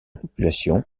population